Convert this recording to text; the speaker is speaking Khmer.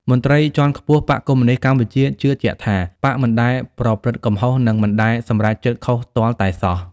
មន្ត្រីជាន់ខ្ពស់បក្សកុម្មុយនីស្តកម្ពុជាជឿជាក់ថា បក្សមិនដែលប្រព្រឹត្តកំហុសនិងមិនដែលសម្រេចចិត្តខុសទាល់តែសោះ។